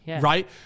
right